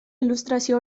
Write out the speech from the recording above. il·lustració